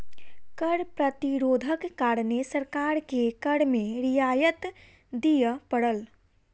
कर प्रतिरोधक कारणें सरकार के कर में रियायत दिअ पड़ल